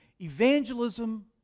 evangelism